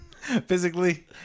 Physically